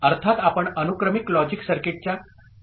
अर्थात आपण अनुक्रमिक लॉजिक सर्किटच्या संश्लेषणाशी देखील परिचित होऊ